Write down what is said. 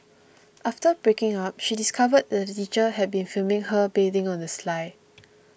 after breaking up she discovered that the teacher had been filming her bathing on the sly